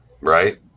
Right